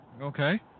Okay